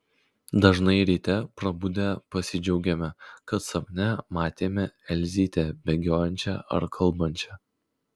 dažnai ryte prabudę pasidžiaugiame kad sapne matėme elzytę bėgiojančią ar kalbančią